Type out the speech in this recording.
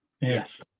Yes